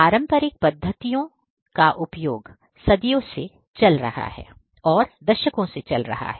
पारंपरिक पद्धतियों का उपयोग सदियों से चल रहा हैं दशकों से चल रहा हैं